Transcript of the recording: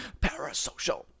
Parasocial